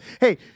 Hey